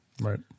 Right